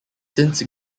since